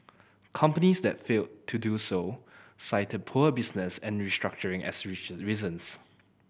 companies that failed to do so cited poor business and restructuring as reasons